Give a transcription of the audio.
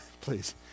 please